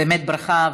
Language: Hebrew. באמת ברכה.